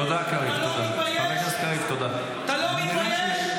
אתה לא מתבייש?